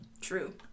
True